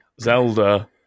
Zelda